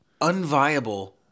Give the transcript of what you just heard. unviable